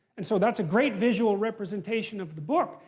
and so that's a great visual representation of book.